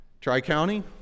Tri-County